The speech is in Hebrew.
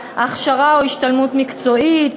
4. הכשרה או השתלמות מקצועית,